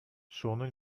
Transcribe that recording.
sono